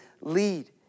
lead